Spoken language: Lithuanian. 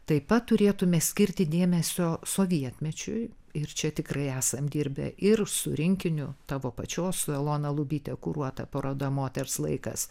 taip pat turėtume skirti dėmesio sovietmečiui ir čia tikrai esam dirbę ir su rinkiniu tavo pačios su elona lubyte kuruota paroda moters laikas